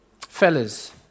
Fellas